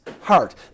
heart